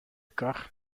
kar